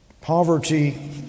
Poverty